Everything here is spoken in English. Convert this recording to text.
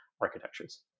architectures